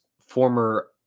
former